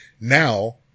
now